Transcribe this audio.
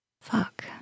Fuck